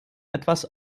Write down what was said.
etwas